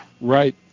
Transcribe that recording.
Right